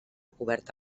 coberta